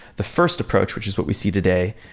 the first approach, which is what we see today,